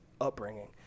upbringing